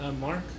Mark